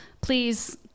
please